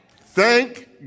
Thank